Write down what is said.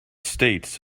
states